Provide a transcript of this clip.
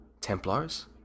Templars